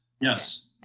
yes